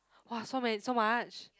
!wah! so man~ so much